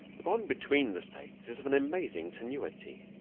the bond between the states is of an amazing tenuity.